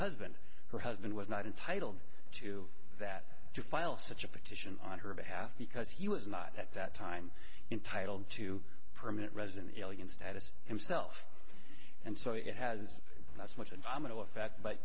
husband her husband was not entitled to that to file such a petition on her behalf because he was not at that time entitled to permanent resident alien status himself and so it has that's much a domino effect but